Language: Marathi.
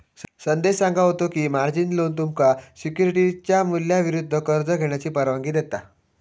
संदेश सांगा होतो की, मार्जिन लोन तुमका सिक्युरिटीजच्या मूल्याविरुद्ध कर्ज घेण्याची परवानगी देता